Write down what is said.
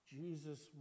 Jesus